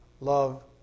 love